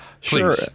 Sure